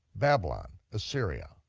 babylon, assyria,